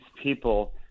people